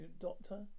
doctor